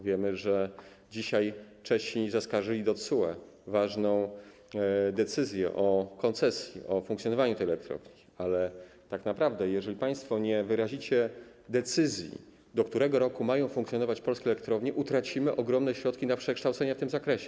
Wiemy, że dzisiaj Czesi zaskarżyli do TSUE ważną decyzję o koncesji, o funkcjonowaniu tej elektrowni, ale tak naprawdę, jeżeli państwo nie podejmiecie decyzji, do którego roku mają funkcjonować polskie elektrownie, utracimy ogromne środki na przekształcenia w tym zakresie.